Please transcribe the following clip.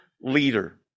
leader